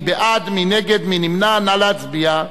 מי בעד, מי נגד, מי נמנע, נא להצביע.